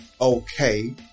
okay